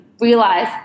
realize